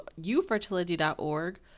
ufertility.org